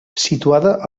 situada